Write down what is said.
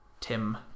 Tim